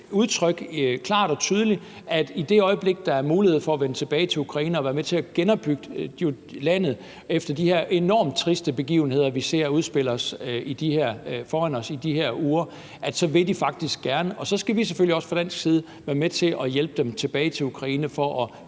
udtryk klart og tydeligt, at de i det øjeblik, der er mulighed for at vende tilbage til Ukraine og være med til at genopbygge landet efter de her enormt triste begivenheder, vi ser udspille sig foran os i de her uger, faktisk gerne vil det. Så skal vi selvfølgelig fra dansk side også være med til at hjælpe dem tilbage til Ukraine for at